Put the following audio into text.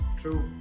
true